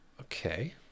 Okay